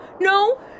No